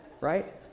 right